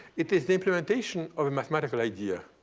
it is the implementation of a mathematical idea.